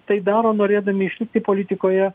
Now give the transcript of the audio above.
tai daro norėdami išlikti politikoje